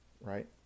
right